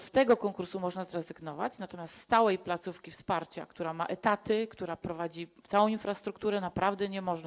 Z tego konkursu można zrezygnować, natomiast ze stałej placówki wsparcia, która ma etaty, która prowadzi całą infrastrukturę, naprawdę nie można.